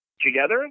Together